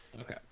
okay